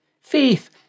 Faith